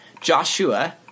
Joshua